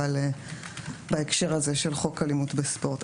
אבל בהקשר הזה של חוק אלימות בספורט.